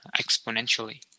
exponentially